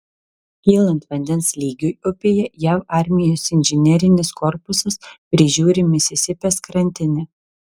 kylant vandens lygiui upėje jav armijos inžinerinis korpusas prižiūri misisipės krantinę